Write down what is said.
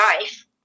life